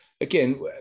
Again